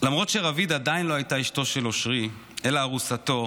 למרות שרביד עדיין לא הייתה אשתו של אושרי אלא ארוסתו,